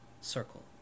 circle